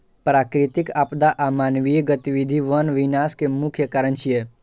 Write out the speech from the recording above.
प्राकृतिक आपदा आ मानवीय गतिविधि वन विनाश के मुख्य कारण छियै